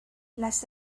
las